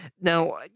Now